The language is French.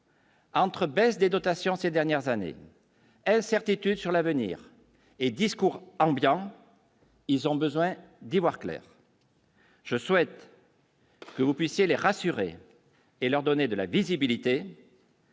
Entre baisse des dotations ces dernières années, incertitudes sur l'avenir et discours ambiant, ils ont besoin d'y voir clair. Je souhaite. Que vous puissiez les rassurer et leur donner de la visibilité.